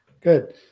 Good